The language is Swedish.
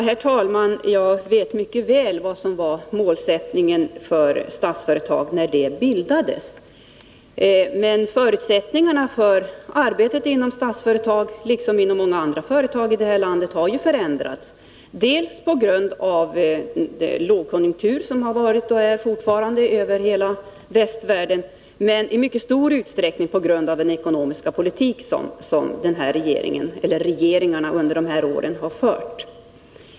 Herr talman! Jag vet mycket väl vad som var målsättningen för Statsföretag när det bildades. Men förutsättningarna för arbetet inom Statsföretag liksom inom många andra företag i landet har ju förändrats dels på grund av den lågkonjunktur som har rått och som fortfarande råder över hela västvärlden, dels också i mycket stor utsträckning på grund av den ekonomiska politik som regeringarna under de här åren har fört.